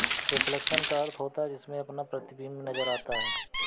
reflection का अर्थ होता है जिसमें अपना प्रतिबिंब नजर आता है